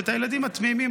ואת הילדים התמימים,